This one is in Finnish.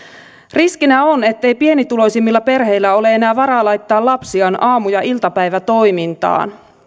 riskinä on ettei pienituloisimmilla perheillä ole enää varaa laittaa lapsiaan aamu ja iltapäivätoimintaan